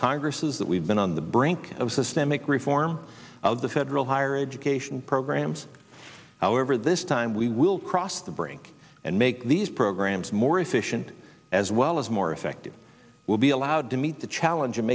congresses that we've been on the brink of systemic reform of the federal higher education programs however this time we will cross the brink and make these programs more efficient as well as more effective will be allowed to meet the challenge